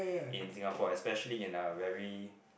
in Singapore especially in a very